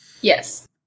yes